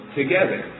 together